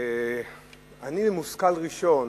במושכל ראשון,